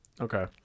Okay